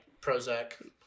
Prozac